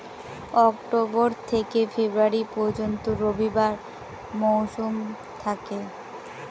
October থেকে February পর্যন্ত রবি মৌসুম থাকে